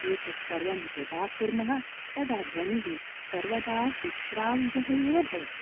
एतत् सर्वं यदा कुर्मः तदा ध्वनिः सर्वदा सुश्राव्यः एव भवति